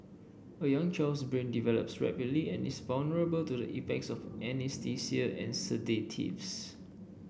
a young child's brain develops rapidly and is vulnerable to the effects of anaesthesia and sedatives